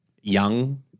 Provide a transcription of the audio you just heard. young